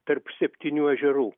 tarp septynių ežerų